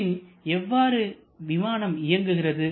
பின் எவ்வாறு விமானம் இயங்குகிறது